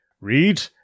Read